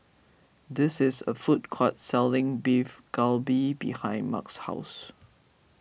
this is a food court selling Beef Galbi behind Mark's house